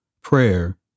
Prayer